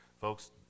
Folks